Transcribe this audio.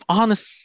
honest